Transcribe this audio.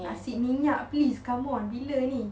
nasi minyak please come on bila ni